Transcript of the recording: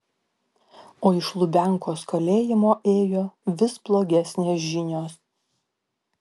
o iš lubiankos kalėjimo ėjo vis blogesnės žinios